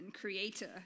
creator